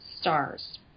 stars